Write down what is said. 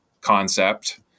concept